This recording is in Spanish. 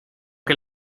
que